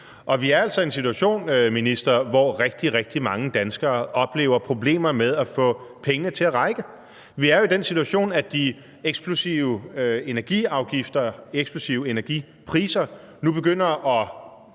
vi er altså i en situation, minister, hvor rigtig, rigtig mange danskere oplever problemer med at få pengene til at række. Vi er jo i den situation, at de eksplosive energiafgifter, eksplosive energipriser nu begynder at